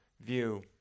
view